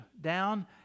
down